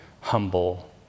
humble